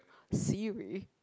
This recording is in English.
Siri